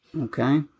okay